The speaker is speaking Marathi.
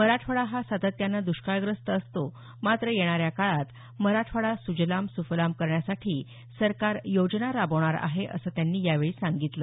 मराठवाडा हा सातत्यानं द्ष्काळग्रस्त असतो मात्र येणाऱ्या काळात मराठवाडा सुजलाम सुफलाम करण्यासाठी सरकार योजना राबवणार आहे असल्याचं त्यांनी यावेळी सांगितलं